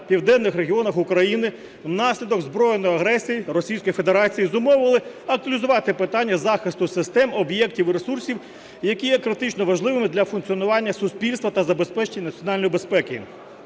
південних регіонах України внаслідок збройної агресії Російської Федерації зумовили актуалізувати питання захисту систем, об'єктів і ресурсів, які є критично важливими для функціонування суспільства та забезпечення національної безпеки.